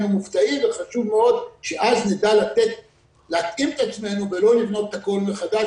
מופתעים וחשוב מאוד שאז נדע להתאים את עצמנו ולא לבנות את הכל מחדש,